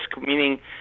meaning